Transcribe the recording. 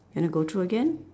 you want to go through again